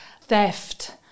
theft